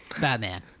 Batman